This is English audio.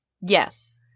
Yes